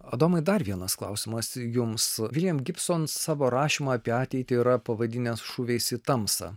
adomai dar vienas klausimas jums william gibsom savo rašymą apie ateitį yra pavadinęs šūviais į tamsą